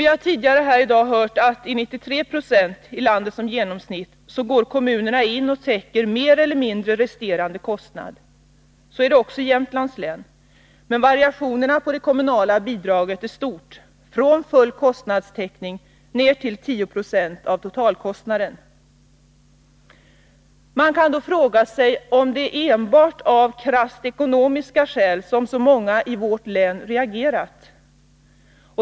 Vi har tidigare hört här i dag att i 93 20 av landet går kommunerna in och täcker resterande kostnad mer eller mindre. Så är det också i Jämtlands län, men variationen på det kommunala bidraget är stort, från full kostnadsersättning ned till 10 20 av totalkostnaden. Man kan då fråga sig om det är enbart av krasst ekonomiska skäl som så många i vårt län har reagerat.